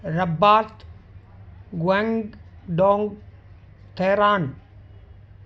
Rabat ग्वेंग डॉंग Tehran